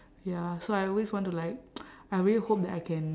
ya so I always want to like I really hope that I can